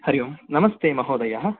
हरि ओम् नमस्ते महोदयः